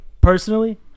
Personally